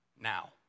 Now